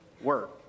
work